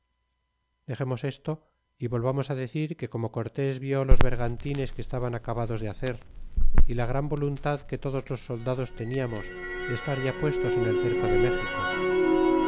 dexemos esto y volvamos decir que como cortés vi los vergantines que estaban acabados de hacer y la gran voluntad que todos los soldados teniamos de estar ya puestos en el cerco de méxico